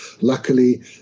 luckily